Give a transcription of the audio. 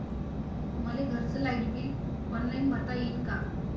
मले घरचं light bill online भरता येईन का?